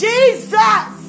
Jesus